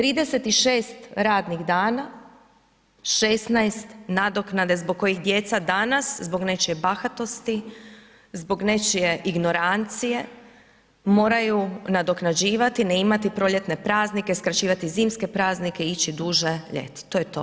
36 radnih dana, 16 nadoknada zbog kojih djeca danas, zbog nečije bahatosti, zbog nečije ignorancije moraju nadoknađivati, ne imati proljetne praznike, skraćivati zimske praznike i ići duže ljeti, to je to.